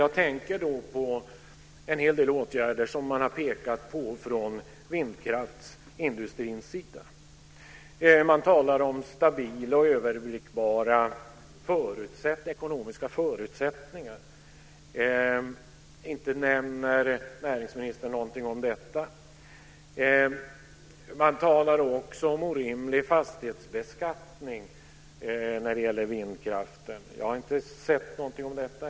Jag tänker på en hel del åtgärder som man har pekat på från vindkraftsindustrins sida. Man talar om stabila och överblickbara ekonomiska förutsättningar. Inte nämner näringsministern någonting om detta. Man talar också om orimlig fastighetsbeskattning när det gäller vindkraften. Jag har heller inte sett någonting om detta.